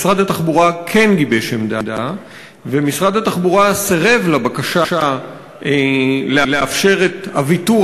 משרד התחבורה כן גיבש עמדה: משרד התחבורה סירב לבקשה לאפשר את הוויתור